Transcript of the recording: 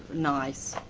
nice.